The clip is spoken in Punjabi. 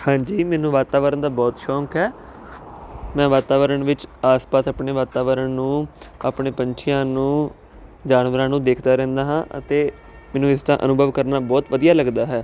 ਹਾਂਜੀ ਮੈਨੂੰ ਵਾਤਾਵਰਨ ਦਾ ਬਹੁਤ ਸ਼ੌਂਕ ਹੈ ਮੈਂ ਵਾਤਾਵਰਨ ਵਿੱਚ ਆਸ ਪਾਸ ਆਪਣੇ ਵਾਤਾਵਰਣ ਨੂੰ ਆਪਣੇ ਪੰਛੀਆਂ ਨੂੰ ਜਾਨਵਰਾਂ ਨੂੰ ਦੇਖਦਾ ਰਹਿੰਦਾ ਹਾਂ ਅਤੇ ਮੈਨੂੰ ਇਸਦਾ ਅਨੁਭਵ ਕਰਨਾ ਬਹੁਤ ਵਧੀਆ ਲੱਗਦਾ ਹੈ